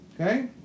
Okay